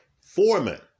Foreman